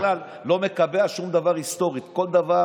אני בכלל לא מקבע שום דבר היסטורית כל דבר,